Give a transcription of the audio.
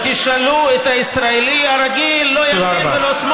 השר להגנת הסביבה זאב אלקין: ותשאלו את הישראלי הרגיל,